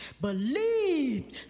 believed